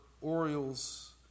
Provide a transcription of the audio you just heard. Orioles